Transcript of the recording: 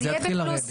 אז זה יהיה בפלוס.